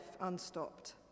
unstopped